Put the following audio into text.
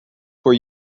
for